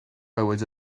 bywyd